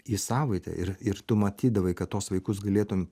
į savaitę ir ir tu matydavai kad tuos vaikus galėtum